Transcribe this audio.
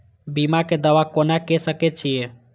बीमा के दावा कोना के सके छिऐ?